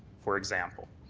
for example,